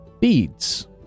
beads